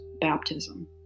baptism